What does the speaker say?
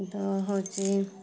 ତ ହଉଛି